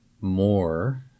more